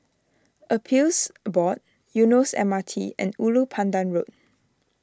Appeals Board Eunos M R T and Ulu Pandan Road